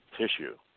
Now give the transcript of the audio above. tissue